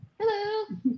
hello